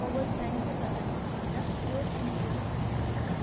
ओभलटाइनको सट्टामा फालदा pure and sure पाएँ